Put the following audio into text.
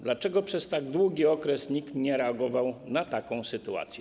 Dlaczego przez tak długi okres nikt nie reagował na taką sytuację?